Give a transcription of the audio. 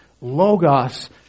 logos